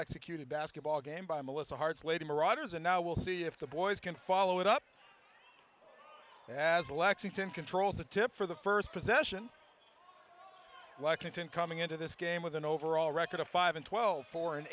executed basketball game by melissa hart's lady marauders and now we'll see if the boys can follow it up as lexington controls the tip for the first possession lexington coming into this game with an overall record of five in twelve for an